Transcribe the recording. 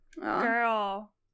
Girl